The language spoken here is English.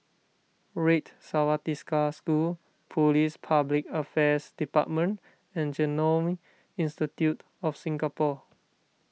Red Swastika School Police Public Affairs Department and Genome Institute of Singapore